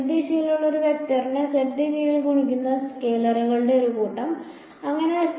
Z ദിശയിലുള്ള ഒരു വെക്ടറിനെ z ദിശയിൽ ഗുണിക്കുന്ന സ്കെയിലറുകളുടെ ഒരു കൂട്ടം അങ്ങനെ z